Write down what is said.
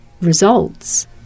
results